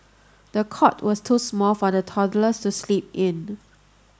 the cot was too small for the toddler to sleep in